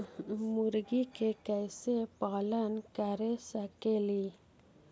मुर्गि के कैसे पालन कर सकेली?